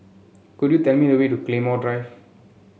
could you tell me the way to Claymore Drive